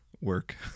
work